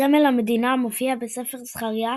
סמל המדינה מופיע בספר זכריה,